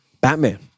Batman